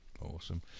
Awesome